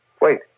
Wait